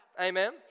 Amen